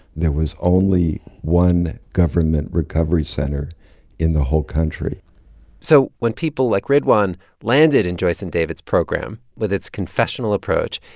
there was only one government recovery center in the whole country so when people like ridwan landed in joyce and david's program, with its confessional approach,